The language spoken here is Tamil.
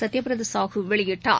சத்யபிரதா சாகு வெளியிட்டார்